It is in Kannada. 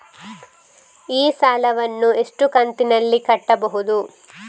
ಈ ಸಾಲವನ್ನು ಎಷ್ಟು ಕಂತಿನಲ್ಲಿ ಕಟ್ಟಬಹುದು?